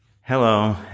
Hello